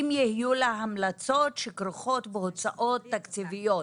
אם יהיו לה המלצות שכרוכות בהוצאות תקציביות,